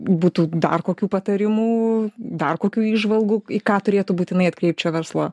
būtų dar kokių patarimų dar kokių įžvalgų į ką turėtų būtinai atkreipt šio verslo